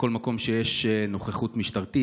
בכל מקום שיש נוכחות משטרתית,